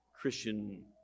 Christian